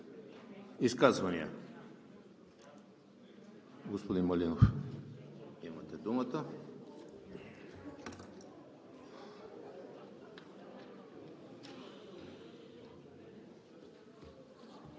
Изказвания? Господин Малинов, имате думата.